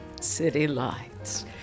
citylights